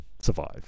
survive